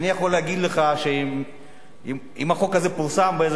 אני יכול להגיד לך שאם החוק הזה פורסם באיזה